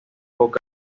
boca